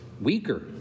weaker